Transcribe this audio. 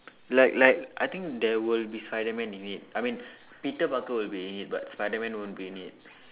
like like I think there will be Spiderman in it I mean Peter Parker will be in it but Spiderman won't be in it